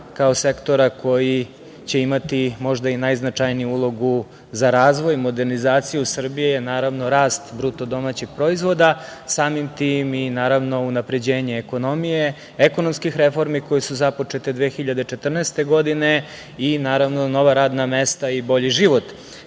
kao sektora koji će imati možda i najznačajniju ulogu za razvoj, modernizaciju Srbije, rast BDP-a, samim tim i unapređenje ekonomije, ekonomskih reformi koje su započete 2014. godine i nova radna mesta i bolji život